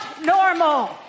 normal